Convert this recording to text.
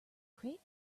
crate